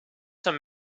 some